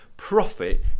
profit